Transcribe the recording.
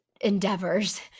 endeavors